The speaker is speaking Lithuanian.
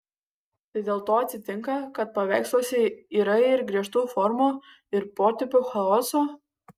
tai dėl to atsitinka kad paveiksluose yra ir griežtų formų ir potėpių chaoso